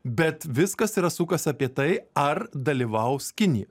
bet viskas yra sukas apie tai ar dalyvaus kinija